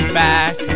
back